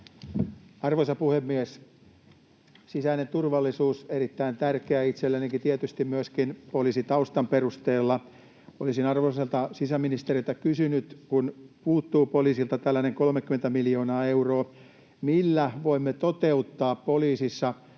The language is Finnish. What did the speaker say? Arvoisa puhemies! Sisäinen turvallisuus on erittäin tärkeä itsellenikin tietysti myöskin poliisitaustan perusteella. Olisin arvoisalta sisäministeriltä kysynyt: kun poliisilta puuttuu tällainen 30 miljoonaa euroa, millä voimme toteuttaa poliisissa muun muassa